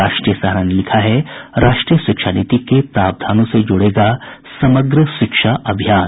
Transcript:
राष्ट्रीय सहारा ने लिखा है राष्ट्रीय शिक्षा नीति के प्रावधानों से जुड़ेगा समग्र शिक्षा अभियान